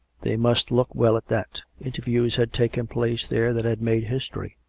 they must look well at that. interviews had taken place there that had made history.